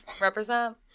Represent